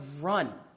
run